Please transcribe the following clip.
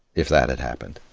if that had happened.